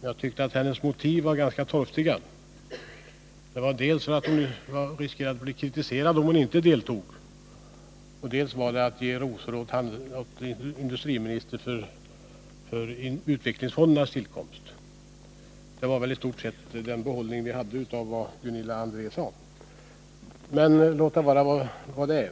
Men jag tycker att hennes motiv var ganska torftiga: dels riskerade hon att bli kritiserad om hon inte deltog, dels ville hon ge rosor åt industriministern för utvecklingsfondernas tillkomst. Det var i stort sett den behållning vi hade av vad Gunilla André sade. Men jag skall låta detta vara detta.